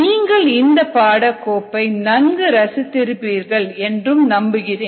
நீங்கள் இந்த பாட கோப்பை நன்கு ரசித்திருப்பீர்கள் என்றும் நம்புகிறேன்